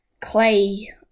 clay